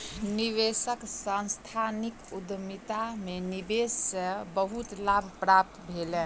निवेशक के सांस्थानिक उद्यमिता में निवेश से बहुत लाभ प्राप्त भेलैन